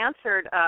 answered